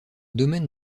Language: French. domaine